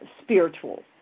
spiritual